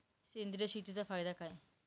सेंद्रिय शेतीचा फायदा काय?